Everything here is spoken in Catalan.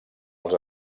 els